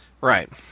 Right